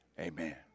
Amen